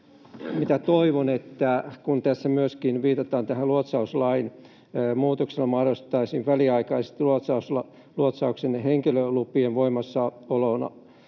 toivon: Kun tässä myöskin viitataan tähän luotsauslain muutokseen, jolla mahdollistettaisiin väliaikaisesti luotsauksen henkilölupien voimassaoloajan